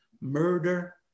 Murder